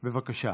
בבקשה.